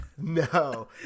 No